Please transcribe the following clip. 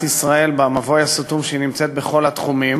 ישראל במבוי הסתום שהיא נמצאת בו בכל התחומים,